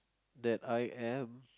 that I am